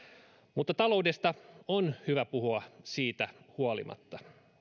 mutta taloudesta ja työllisyydestä on hyvä puhua siitä huolimatta